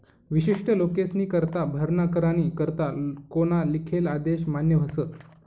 विशिष्ट लोकेस्नीकरता भरणा करानी करता कोना लिखेल आदेश मान्य व्हस